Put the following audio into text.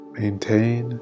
maintain